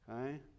Okay